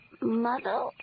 Mother